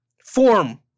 form